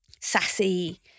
sassy